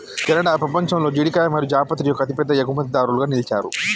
Canada పపంచంలో జీడికాయ మరియు జాపత్రి యొక్క అతిపెద్ద ఎగుమతిదారులుగా నిలిచారు